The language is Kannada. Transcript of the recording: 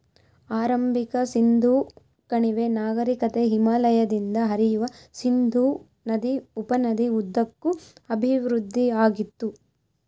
ಆರಂಭಿಕ ಸಿಂಧೂ ಕಣಿವೆ ನಾಗರಿಕತೆ ಹಿಮಾಲಯದಿಂದ ಹರಿಯುವ ಸಿಂಧೂ ನದಿ ಉಪನದಿ ಉದ್ದಕ್ಕೂ ಅಭಿವೃದ್ಧಿಆಗಿತ್ತು